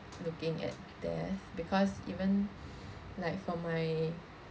looking at death because even like for my